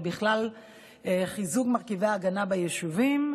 ובכלל לחיזוק מרכיבי ההגנה ביישובים,